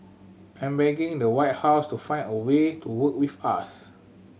I'm begging the White House to find a way to work with us